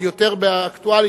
עוד יותר אקטואלי,